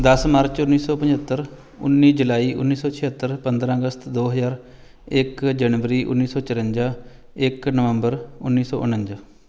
ਦਸ ਮਾਰਚ ਉੱਨੀ ਸੌ ਪਝੱਤਰ ਉੱਨੀ ਜੁਲਾਈ ਉੱਨੀ ਸੌ ਛਿਹੱਤਰ ਪੰਦਰਾਂ ਅਗਸਤ ਦੋ ਹਜ਼ਾਰ ਇੱਕ ਜਨਵਰੀ ਉੱਨੀ ਸੌ ਚੁਰੰਜਾ ਇੱਕ ਨਵੰਬਰ ਉੱਨੀ ਸੌ ਉਣੰਜਾ